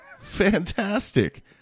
Fantastic